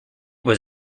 was